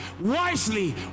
wisely